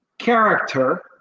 character